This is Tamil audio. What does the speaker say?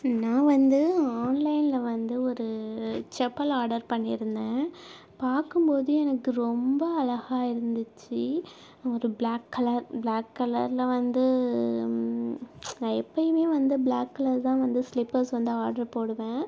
நான் வந்து ஆன்லைனில் வந்து ஒரு செப்பல் ஆர்டர் பண்ணியிருந்தேன் பார்க்கும்போதே எனக்கு ரொம்ப அழகாக இருந்துச்சு ஒரு பிளாக் கலர் பிளாக் கலரில் வந்து நான் எப்பயுமே வந்து பிளாக்கில் தான் வந்து ஸ்லிப்பர்ஸ் வந்து ஆர்டர் போடுவேன்